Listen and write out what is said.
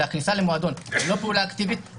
כניסה למועדון היא לא פעולה אקטיבית.